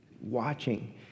watching